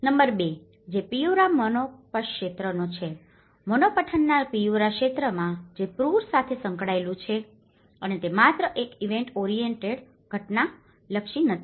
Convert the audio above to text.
number 2 જે Piura Morropon ક્ષેત્રનો છે મોરોપóનનાં પિયુરા ક્ષેત્રમાં જે પૂર સાથે સંકળાયેલું છે અને તે માત્ર એક ઇવેન્ટ ઓરિયેન્ટેડevent orientedઘટના લક્ષી નથી